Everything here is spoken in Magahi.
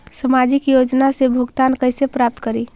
सामाजिक योजना से भुगतान कैसे प्राप्त करी?